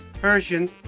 Persian